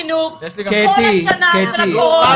הנקודה שבה משרד החינוך החליט לקחת אליו חזרה את